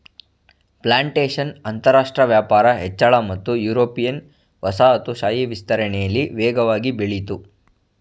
plantation ಅಂತರಾಷ್ಟ್ರ ವ್ಯಾಪಾರ ಹೆಚ್ಚಳ ಮತ್ತು ಯುರೋಪಿಯನ್ ವಸಾಹತುಶಾಹಿ ವಿಸ್ತರಣೆಲಿ ವೇಗವಾಗಿ ಬೆಳಿತು